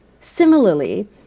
Similarly